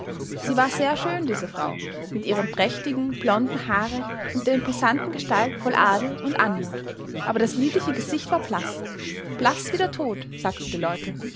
sie war sehr schön diese frau mit ihrem prächtigen blonden haare und der imposanten gestalt voll adel und anmut aber das liebliche gesicht war blaß blaß wie der tod sagten die leute